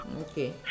Okay